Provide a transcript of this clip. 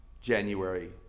January